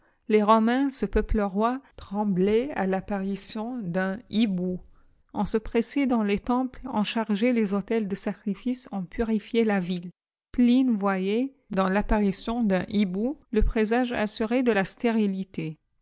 les romains ce peuple roi tremblaient à l'apparîtion d'un hibou on sfi pressait dans les temples qu chargeait les autels de sacrifices on purifiait la ville pline voyait bus l'apparition d'un hibou le présage assuré de la stérilité